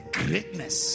greatness